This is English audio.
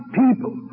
people